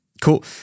Cool